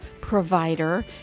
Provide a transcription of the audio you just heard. provider